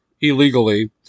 illegally